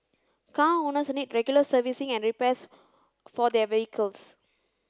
car owners need regular servicing and repairs for their vehicles